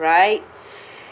right